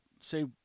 Say